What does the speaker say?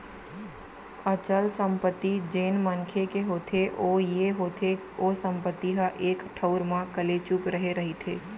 अचल संपत्ति जेन मनखे के होथे ओ ये होथे ओ संपत्ति ह एक ठउर म कलेचुप रहें रहिथे